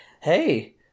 Hey